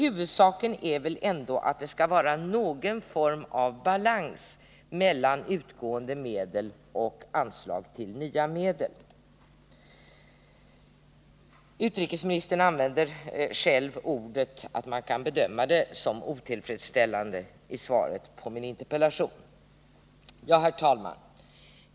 Huvudsaken är väl ändå att det skall vara någon form av balans mellan utgående medel och anslag till nya medel. Utrikesministern använder själv ordet otillfredsställande om reservationen. Herr talman!